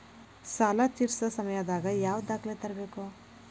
ಸಾಲಾ ತೇರ್ಸೋ ಸಮಯದಾಗ ಯಾವ ದಾಖಲೆ ತರ್ಬೇಕು?